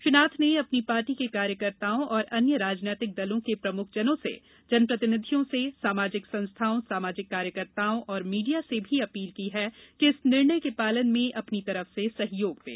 श्री नाथ ने अपनी पार्टी के लाखों कार्यकर्ताओं से और अन्य राजनीतिक दलो के प्रमुख जनो से जनप्रतिनिधियो से सामाजिक संस्थाओ सामाजिक कार्यकर्ताओं और मीडिया से भी अपील करते हैं कि इस निर्णय के पालन में अपनी तरफ से सहयोग दें